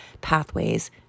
pathways